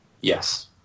yes